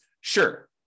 Sure